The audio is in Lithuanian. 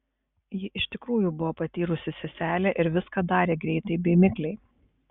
ji iš tikrųjų buvo patyrusi seselė ir viską darė greitai bei mikliai